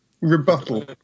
Rebuttal